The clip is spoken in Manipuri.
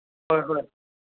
ꯍꯣꯏ ꯍꯣꯏ